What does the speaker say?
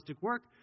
work